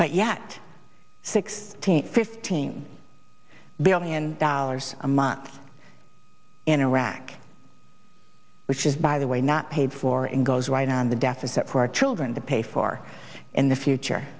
but yet six hundred fifteen billion dollars a month in iraq which is by the way not paid for and goes right on the deficit for our children to pay for in the future